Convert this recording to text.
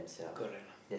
correct lah